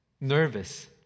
Nervous